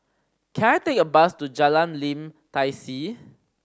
can I take a bus to Jalan Lim Tai See